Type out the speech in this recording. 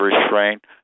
restraint